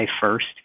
first